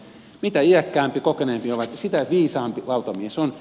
mitä iäkkäämpi kokeneempi sitä viisaampi lautamies on